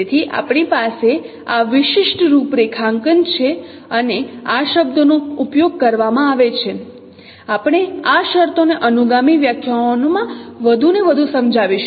તેથી આપણી પાસે આ વિશિષ્ટ રૂપરેખાંકન છે અને આ શબ્દોનો ઉપયોગ કરવામાં આવે છે આપણે આ શરતોને અનુગામી વ્યાખ્યાનોમાં વધુને વધુ સમજાવીશું